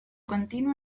continuo